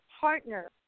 partner